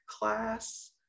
class